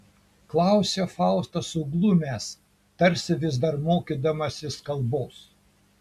klausia faustas suglumęs tarsi vis dar mokydamasis kalbos